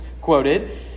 quoted